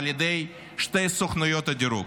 על ידי שתי סוכנויות הדירוג,